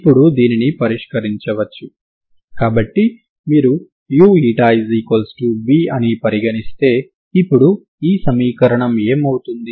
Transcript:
ఇప్పటి వరకు మనం సెమీ ఇన్ఫినిటీ రేఖపై తరంగ సమీకరణాన్ని చూపించాము